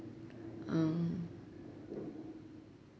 um